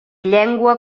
llengua